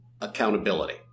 Accountability